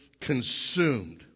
consumed